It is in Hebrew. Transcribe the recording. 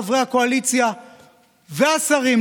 חברי הקואליציה והשרים,